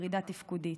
ירידה תפקודית.